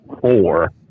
four